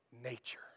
nature